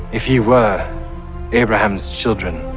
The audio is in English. if ye were abraham's children,